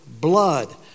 blood